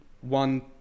one